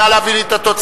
נא להביא לי את התוצאות.